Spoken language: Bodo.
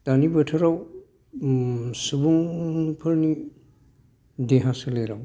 दानि बोथोराव सुबुंफोरनि देहा सोलेराव